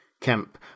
Kemp